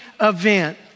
event